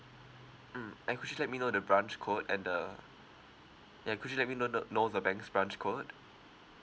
mm and could you let me know the branch code and the ya could you let me know know know the bank's branch code